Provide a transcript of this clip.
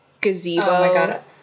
gazebo